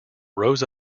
rose